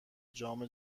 جام